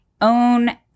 own